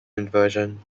inversion